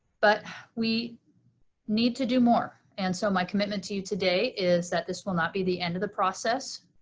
but we need to do more. and so my commitment to you today is that this will not be the end of the process.